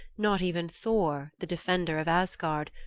not even thor, the defender of asgard,